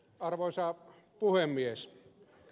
arvoisa puhemies